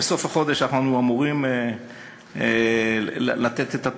בסוף החודש אנחנו אמורים לתת את התוצאות,